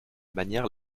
manière